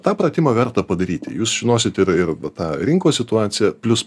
tą pratimą verta padaryti jūs žinosit ir ir va tą rinkos situaciją plius